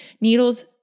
Needles